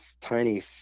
tiny